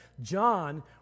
John